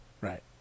right